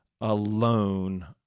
alone